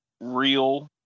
real